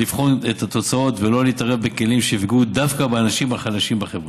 לבחון את התוצאות ולא להתערב בכלים שיפגעו דווקא באנשים החלשים בחברה.